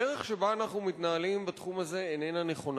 הדרך שבה אנו מתנהלים בתחום הזה איננה נכונה,